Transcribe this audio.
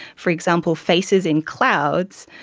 for example, faces in clouds,